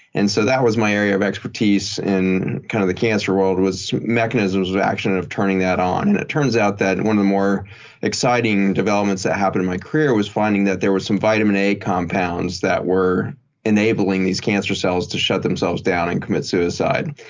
and so that was my area of expertise in kind of the cancer world was mechanisms of action and in turning that on. and turns out that and one of the more exciting developments that happened in my career was finding that there was some vitamin a compounds that were enabling these cancer cells to shut themselves down and commit suicide.